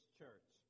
church